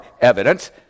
evidence